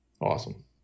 awesome